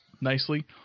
nicely